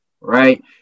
right